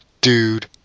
Dude